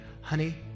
honey